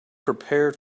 prepared